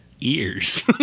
ears